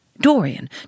Dorian